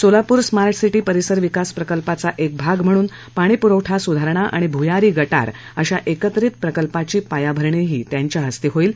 सोलापूर स्माधिसिकी परिसर विकास प्रकल्पाचा एक भाग म्हणून पाणीपुरवठा सुधारणा आणि भुयारी गावे अशा एकत्रित प्रकल्पाची पायाभरणी त्यांच्या हस्ते होईल